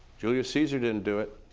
julius caesar didn't do it,